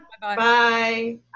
Bye